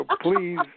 please